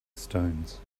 stones